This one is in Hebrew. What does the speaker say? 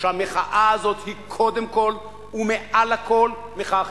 שהמחאה הזאת היא קודם כול ומעל לכול מחאה חברתית.